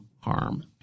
harm